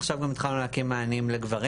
עכשיו גם התחלנו להקים מענים לגברים